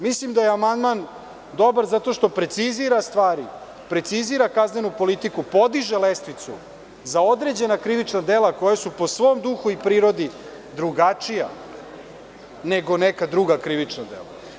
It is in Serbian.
Mislim da je amandman dobar zato što precizira stvari, precizira kaznenu politiku, podiže lestvicu za određena krivična dela koja su po svom duhu i prirodi drugačija nego neka druga krivična dela.